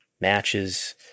matches